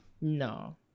No